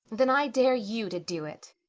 then i dare you to do it,